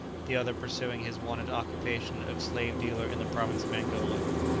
the other pursuing his wonted occupation of slave-dealer in the province of angola.